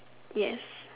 yes